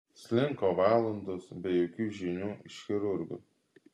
slinko valandos be jokių žinių iš chirurgų